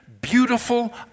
Beautiful